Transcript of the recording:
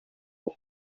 kuko